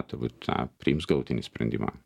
turbūt priims galutinį sprendimą